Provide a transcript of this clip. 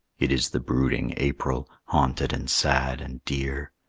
it is the brooding april, haunted and sad and dear,